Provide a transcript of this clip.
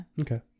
Okay